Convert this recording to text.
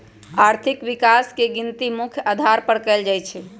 आर्थिक विकास के गिनती मुख्य अधार पर कएल जाइ छइ